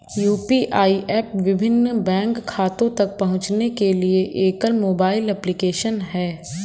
UPI app विभिन्न bank खातों तक पहुँचने के लिए एकल मोबाइल एप्लिकेशन है